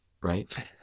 right